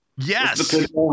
yes